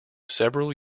several